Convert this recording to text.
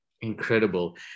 incredible